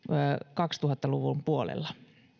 kaksituhatta luvun puolella